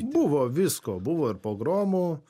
buvo visko buvo ir pogromų